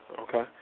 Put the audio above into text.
okay